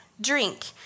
drink